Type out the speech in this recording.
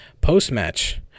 Post-match